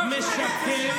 הינה, למשל,